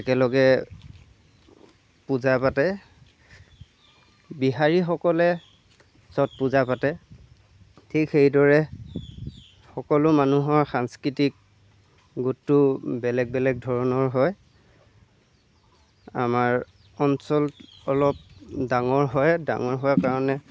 একেলগে পূজা পাতে বিহাৰীসকলে চট পূজা পাতে ঠিক সেইদৰে সকলো মানুহৰ সাংস্কৃতিক গোটটো বেলেগ বেলেগ ধৰণৰ হয় আমাৰ অঞ্চল অলপ ডাঙৰ হয় ডাঙৰ হোৱা কাৰণে